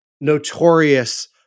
notorious